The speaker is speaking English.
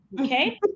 okay